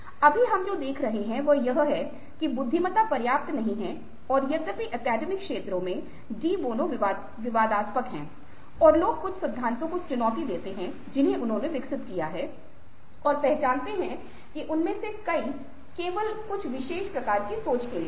अभी हम जो देख रहे हैं वह यह है कि बुद्धिमत्ता पर्याप्त नहीं है और यद्यपि अकादमिक क्षेत्र में डी बोनों विवादास्पद है और लोग कुछ सिद्धांतों को चुनौती देते हैं जिन्हें उन्होंने विकसित किया है और पहचानते हैं कि उनमें से कई केवल कुछ विशेष प्रकार की सोच के लिए है